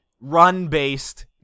run-based